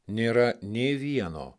nėra nė vieno